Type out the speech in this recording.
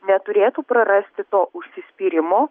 neturėtų prarasti to užsispyrimo